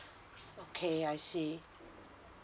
okay I see